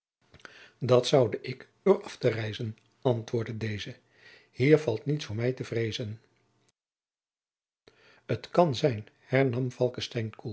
dat zoude ik door af te reizen antwoordde deze hier valt niets voor mij te vreezen t kan zijn hernam